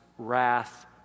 wrath